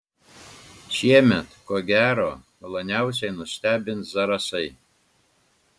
šiemet ko gero maloniausiai nustebins zarasai